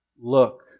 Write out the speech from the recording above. Look